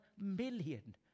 million